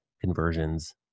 conversions